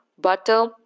Butter